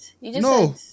no